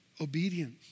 Obedience